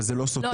אבל זה לא סותר.